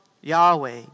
Yahweh